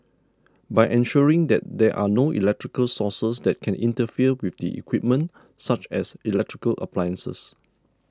by ensuring that there are no electrical sources that can interfere with the equipment such as electrical appliances